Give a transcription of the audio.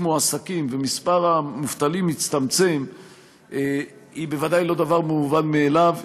מועסקים ומספר המובטלים הצטמצם היא בוודאי לא דבר מובן מאליו,